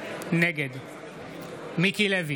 נגד מיקי לוי,